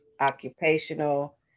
occupational